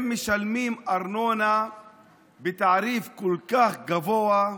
הם משלמים ארנונה בתעריף כל כך גבוה,